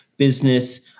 Business